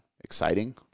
exciting